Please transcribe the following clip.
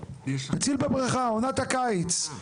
עונת הקיץ,